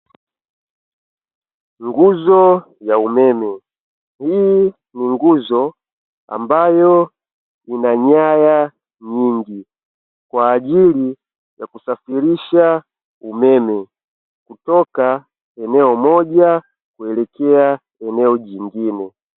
Nguzo ya umeme. Hii ni nguzo ambayo ina nyaya nyingi kwa ajili ya kusafirisha umeme kutoka eneo moja kuelekea eneo jingine.